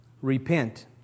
Repent